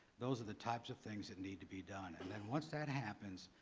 those are the types of things that need to be done. and then once that happens,